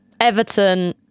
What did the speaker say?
Everton